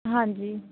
ਹਾਂਜੀ